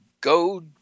go